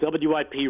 WIP